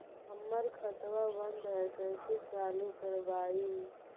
हमर खतवा बंद है कैसे चालु करवाई?